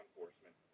Enforcement